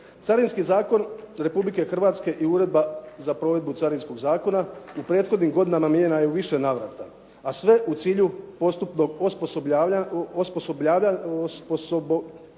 Carinski zakon Republike Hrvatske i Uredba za provedbu carinskog zakona u prethodnim godinama mijenjana je u više navrata a sve u cilju postupnog osposobljavanja mjerodavnih